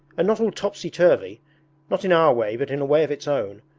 not all topsy-turvy not in our way but in a way of its own!